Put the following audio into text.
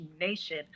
Nation